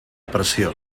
pressió